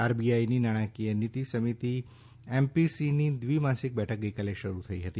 આરબીઆઈની નાણાકીય નીતિ સમિતિ એમપીસીની દ્વિ માસિક બેઠક ગઈકાલે શરૂ થઈ હતી